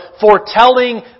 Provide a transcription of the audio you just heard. foretelling